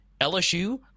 LSU